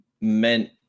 meant